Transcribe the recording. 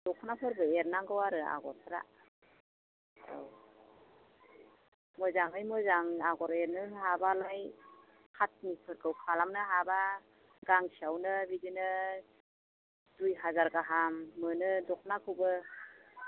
दख'नाफोरखौ एरनांगौ आरो आग'रफोरा औ मोजाङै मोजां आग'र एरनो हायोब्ला खाथनिफोरखौ खालामनो हाबा गांसेयावनो बिदिनो दुइ हाजार गाहाम मोनो दख'नाखौबो